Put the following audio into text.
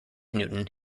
newton